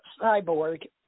cyborg